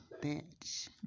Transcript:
bitch